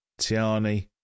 Tiani